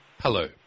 hello